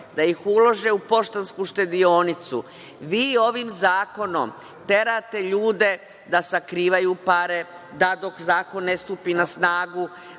da ih ulože u Poštansku štedionicu, vi ovim zakonom terate ljude da sakrivaju pare, da dok zakon ne stupi na snagu,